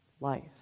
life